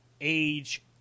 Age